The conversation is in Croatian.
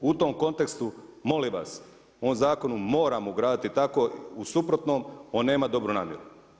U tom kontekstu, molim vas, u ovom zakonu moramo ugraditi tako u suprotnom on nema dobru namjeru.